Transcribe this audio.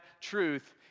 truth